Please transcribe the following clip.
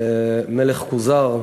למלך כוזר?